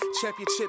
championship